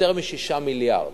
יותר מ-6 מיליארד